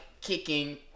kicking